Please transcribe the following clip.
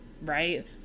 right